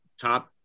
top